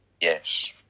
Yes